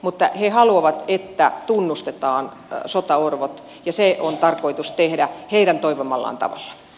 mutta he haluavat että tunnustetaan sotaorvot ja se on tarkoitus tehdä heidän toivomallaan tavalla